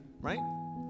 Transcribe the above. right